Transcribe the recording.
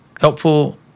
helpful